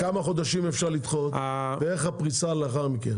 כמה חודשים אפשר לדחות ואיך הפריסה לאחר מכן.